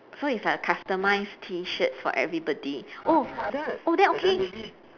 so it's like a customised T shirts for everybody oh oh then okay